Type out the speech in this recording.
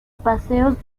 paseos